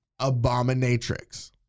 Abominatrix